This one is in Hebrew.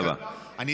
תודה, אדוני היושב-ראש.